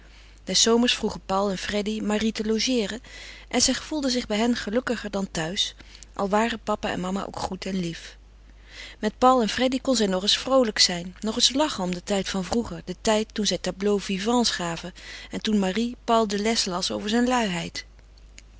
des zomers vroegen paul en freddy marie te logeeren en zij gevoelde zich bij hen gelukkiger dan thuis al waren papa en mama ook goed en lief met paul en freddy kon zij nog eens vroolijk zijn nog eens lachen om den tijd van vroeger den tijd toen zij tableaux-vivants gaven en toen marie paul de les las over zijn luiheid